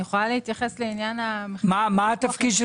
אני יכולה להתייחס לעניין --- מה התפקיד של